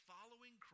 Following